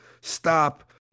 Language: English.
stop